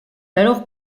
alors